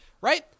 right